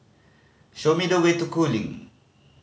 show me the way to Cooling